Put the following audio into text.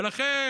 לכן,